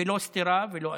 ולא סטירה ולא אלימות.